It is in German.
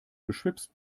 beschwipst